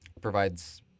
provides